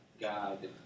God